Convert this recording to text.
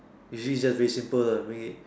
actually its just very simple lah make it